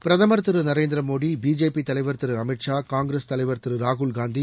பிரதமர் திரு நரேந்திரமோடி பிஜேபி தலைவர் திரு அமித் ஷா காங்கிரஸ் தலைவர் திரு ராகுல்காந்தி